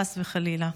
חס וחלילה,